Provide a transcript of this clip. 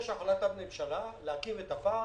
יש החלטת ממשלה להקים את הפארק,